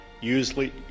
usually